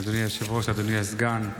אדוני היושב-ראש, אדוני הסגן,